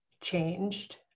changed